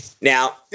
Now